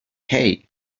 hey